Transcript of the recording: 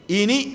ini